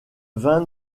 vingt